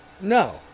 No